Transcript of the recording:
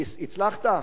הצלחת?